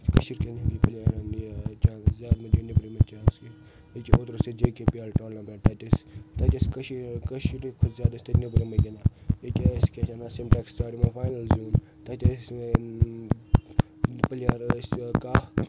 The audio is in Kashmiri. کشیٖرِکیٚن ہنٛدنٕے پٕلیرَن یہِ ٲں چانٕس زیادٕ مہٕ دیو نیٚبرِمیٚن چانٕس کیٚنٛہہ أکہِ اوترٕ اوس ییٚتہِ J K P L tournament تتہِ ٲسۍ تتہِ ٲسۍ کشیٖرۍ ہنٛدۍ کھۄتہٕ زیادٕ ٲسۍ تتہِ نیٚبرِمٕے گنٛدان اکہِ ٲسۍ کیٛاہ چھِ اَتھ ونان سِمٹیک سٹار یمو فاینَل زیٛوٗن تتہِ ٲسۍ ٲں پٕلیر ٲسۍ ٲں کاہ